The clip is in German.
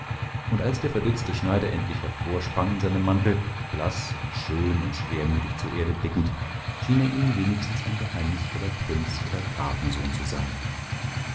und als der verdutzte schneider endlich hervorsprang in seinem mantel blaß und schön und schwermütig zur erde blickend schien er ihnen wenigstens ein geheimnisvoller prinz oder grafensohn zu sein